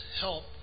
help